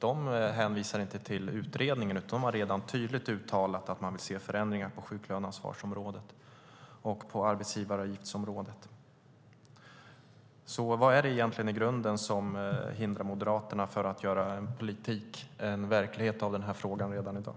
De hänvisar inte till utredningen, utan de har redan tydligt uttalat att de vill se förändringar på sjuklöneansvarsområdet och på arbetsgivaravgiftsområdet. Vad är det egentligen i grunden som hindrar Moderaterna från att göra verklighet av den här frågan redan i dag?